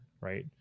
right